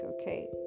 okay